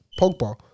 Pogba